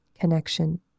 connection